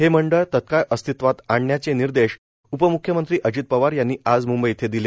हे मंडळ तत्काळ अस्तित्वात आणण्याचे निर्देश उपम्ख्यमंत्री अजित पवार यांनी आज मुंबई इथं दिले